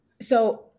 So-